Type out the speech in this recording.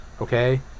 okay